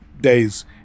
days